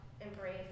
embrace